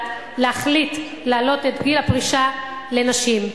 להחליט להעלות את גיל הפרישה לנשים.